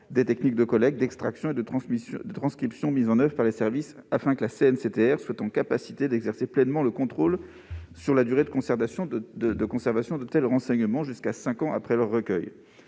des techniques de collecte, d'extraction et de transcription mises en oeuvre par les services, afin que la CNCTR soit en capacité d'exercer pleinement le contrôle sur la durée de conservation de tels renseignements, cette durée pouvant aller jusqu'à cinq ans après leur recueil.